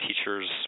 teachers